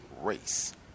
race